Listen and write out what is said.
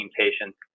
patients